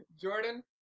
Jordan